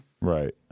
Right